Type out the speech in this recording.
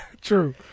true